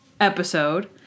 episode